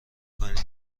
کنید